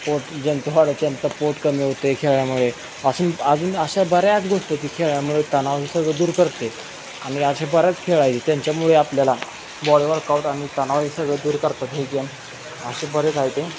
पोट ज्यांचं वाढ त्यांचं पोट कमी होतं खेळामुळे असून अजून अशा बऱ्याच गोष्ट होतात खेळामुळे तणाव ही सगळं दूर करते आणि अशा बऱ्याच खेळ आहे त्यांच्यामुळे आपल्याला बॉडी वर्कआऊट आणि तणाव ही सगळं दूर करतात हे गेम असे बरेच आहे ते